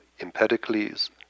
Empedocles